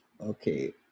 Okay